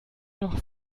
doch